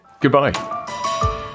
goodbye